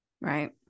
Right